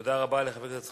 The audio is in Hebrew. תודה רבה לחבר הכנסת זחאלקה.